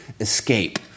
escape